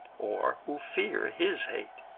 or who fear his hate.